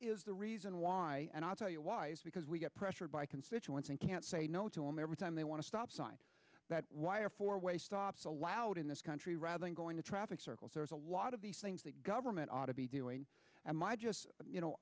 the reason why and i'll tell you why is because we get pressured by constituents and can't say no to him every time they want to stop sign that why are four way stops allowed in this country rather than going to traffic circles there's a lot of these things that government ought to be doing and my just you know